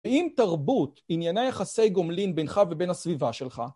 האם תרבות עניינה יחסי גומלין בינך ובין הסביבה שלך?